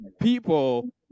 People